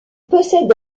possède